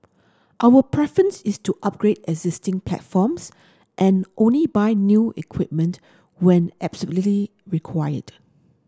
our preference is to upgrade existing platforms and only buy new equipment when absolutely required